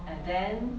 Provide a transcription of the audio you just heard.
oh